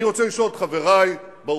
אני רוצה לשאול את חברי באופוזיציה